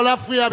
מצביע לא להפריע.